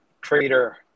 trader